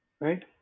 right